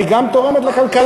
אבל היא גם תורמת לכלכלה.